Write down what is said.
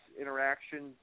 interaction